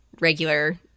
regular